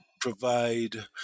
provide